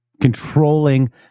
controlling